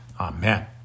Amen